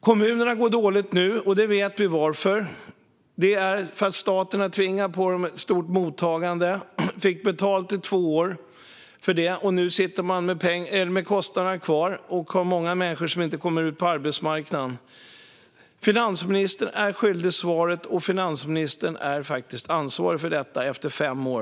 Kommunerna går dåligt nu, och vi vet varför. Det är därför att staten har tvingat på dem ett stort mottagande. Man fick betalt för det i två år, och nu sitter man kostnaderna kvar och har många människor som inte kommer ut på arbetsmarknaden. Finansministern är svaret skyldig, och finansministern är faktiskt ansvarig för detta efter fem år.